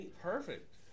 Perfect